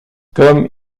comme